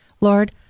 Lord